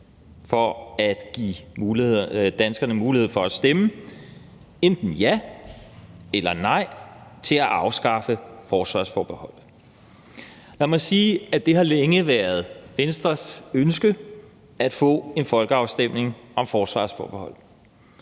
for at give danskerne mulighed for at stemme enten ja eller nej til at afskaffe forsvarsforbeholdet. Lad mig sige, at det længe har været Venstres ønske at få en folkeafstemning om forsvarsforbeholdet,